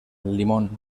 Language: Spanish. limón